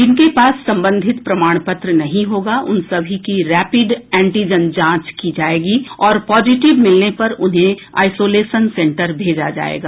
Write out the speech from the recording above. जिनके पास संबंधित प्रमाण पत्र नहीं होगा उन समी की रैपिड एटीजन जांच की जायेगी और पॉजिटिव मिलने पर उन्हें आइसोलेशन सेंटर भेजा जायेगा